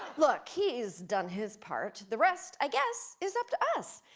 look, he's done his part. the rest, i guess, is up to us.